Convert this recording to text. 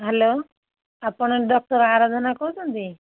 hello ଆପଣ doctor Aradhana କହୁଛନ୍ତି